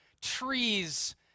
trees